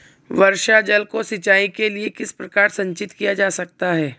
वर्षा जल को सिंचाई के लिए किस प्रकार संचित किया जा सकता है?